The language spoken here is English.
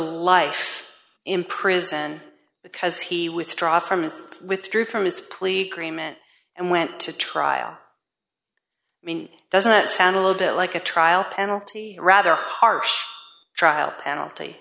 life in prison because he withdraw from his withdrew from his plea agreement and went to trial i mean doesn't it sound a little bit like a trial penalty rather harsh trial penalty